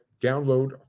download